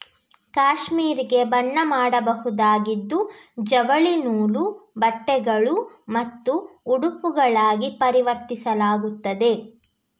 cashmere ಗೆ ಬಣ್ಣ ಮಾಡಬಹುದಾಗಿದ್ದು ಜವಳಿ ನೂಲು, ಬಟ್ಟೆಗಳು ಮತ್ತು ಉಡುಪುಗಳಾಗಿ ಪರಿವರ್ತಿಸಲಾಗುತ್ತದೆ